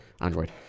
Android